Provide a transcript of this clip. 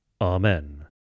Amen